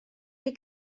chi